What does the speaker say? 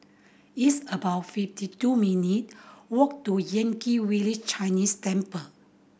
it's about fifty two minute walk to Yan Kit Village Chinese Temple